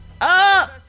up